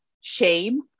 shame